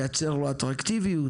לייצר לו אטרקטיביות,